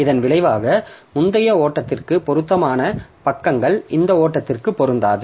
இதன் விளைவாக முந்தைய ஓட்டத்திற்கு பொருத்தமான பக்கங்கள் இந்த ஓட்டத்திற்கு பொருந்தாது